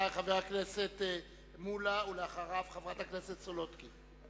חבר הכנסת מולה, ואחריו, חברת הכנסת סולודקין.